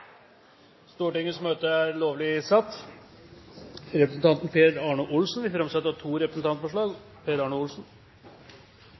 Representanten Per Arne Olsen vil framsette to representantforslag.